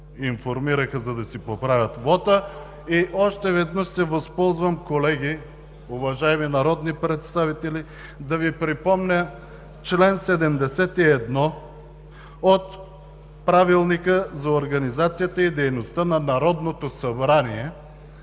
за да си поправят вота. Още веднъж се възползвам колеги, уважаеми народни представители, да Ви припомня чл. 71 от Правилника за организацията и дейността на Народното събрание,